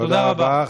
תודה רבה.